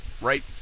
right